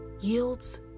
yields